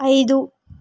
ఐదు